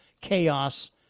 chaos